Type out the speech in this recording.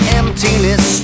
emptiness